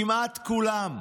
כמעט כולם,